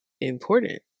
important